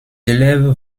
élèves